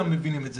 מבין את זה.